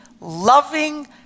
loving